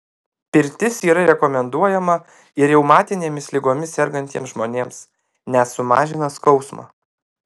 pirtis yra rekomenduojama ir reumatinėmis ligomis sergantiems žmonėms nes sumažina skausmą